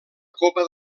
copa